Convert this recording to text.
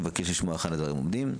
אני מבקש לשמוע היכן הדברים עומדים.